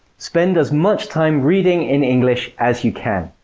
spend as much time reading in english as you can.